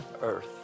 earth